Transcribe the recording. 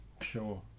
Sure